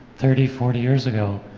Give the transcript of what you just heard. thirty, forty years ago,